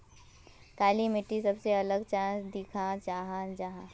काली मिट्टी सबसे अलग चाँ दिखा जाहा जाहा?